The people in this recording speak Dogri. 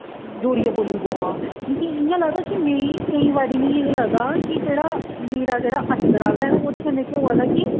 इ'यां जोरियै बोल्ली पौआं मिगी इ'यां लगदा कि मी केईं बारी मिगी इ'यां लगदा कि मेरा जेह्ड़ा अंदर आह्ला ऐ ना ओह्दे कन्नै केह् होआ दा ऐ कि